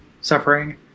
suffering